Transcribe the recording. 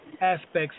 aspects